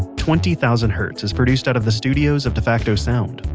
twenty thousand hertz is produced out of the studios of defacto sound,